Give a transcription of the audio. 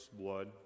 blood